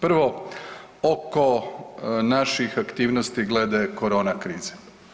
Prvo, oko naših aktivnosti glede korona krize.